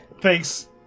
thanks